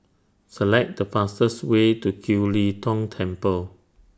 Select The fastest Way to Kiew Lee Tong Temple